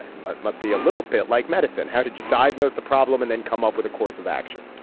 and but must be a little bit like medicine. how did you diagnose the problem and then come up with a course of action?